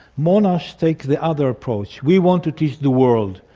monash takes the other approach we want to teach the world,